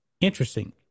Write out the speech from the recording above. interesting